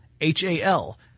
H-A-L